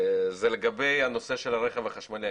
לגבי הנושא של הרכב החשמלי.